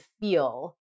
feel